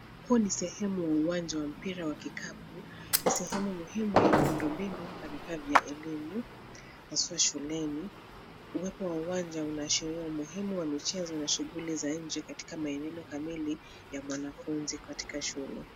Huu ni sehemu wa uwanja wa mpira wa kikapu, ni sehemu muhimu ya muundo mbinu na vifaa vya elimu, haswa shuleni .Uwepo wa uwanja unaashiria umuhimu wa mchezo na shughuli za nje katika maelelo kamili ya mwanafunzi katika shule.